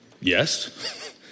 yes